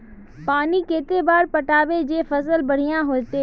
पानी कते बार पटाबे जे फसल बढ़िया होते?